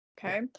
Okay